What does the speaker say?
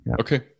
okay